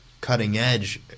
cutting-edge